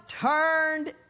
turned